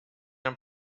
and